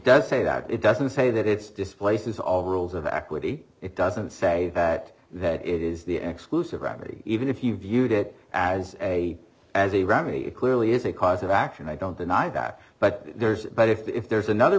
does say that it doesn't say that it's displaces all rules of equity it doesn't say that that is the exclusivity even if you viewed it as a as a robbery it clearly is a cause of action i don't deny that but there's but if there's another